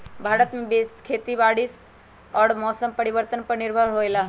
भारत में खेती बारिश और मौसम परिवर्तन पर निर्भर होयला